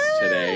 today